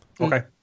Okay